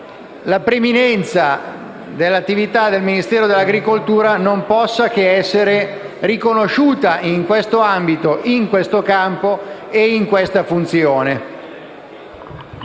la preminenza dell'attività del Ministero delle politiche agricole non possano che essere riconosciute in questo ambito, in questo campo e in questa funzione.